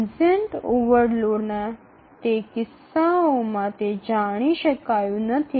ক্ষণস্থায়ী ওভারলোডের সেই ক্ষেত্রে কোন টাস্কটি সময়সীমাটি মিস করবে তা জানা যায়নি